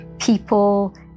people